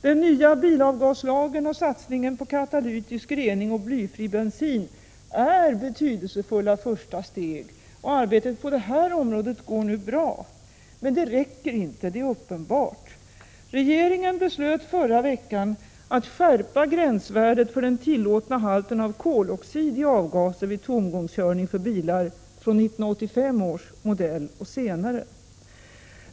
Den nya bilavgaslagen och satsningen på katalytisk rening och blyfri bensin är betydelsefulla första steg, och arbetet på det här området går nu bra. Men det räcker inte — detta är uppenbart. Regeringen beslöt förra veckan att skärpa gränsvärdet för den tillåtna halten av koloxid i avgaser vid tomgångskörning för bilar från 1985 års modell och senare.